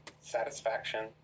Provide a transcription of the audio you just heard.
satisfaction